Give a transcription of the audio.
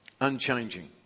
unchanging